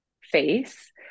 face